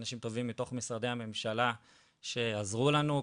אנשים טובים מתוך משרדי הממשלה שעזרו לנו,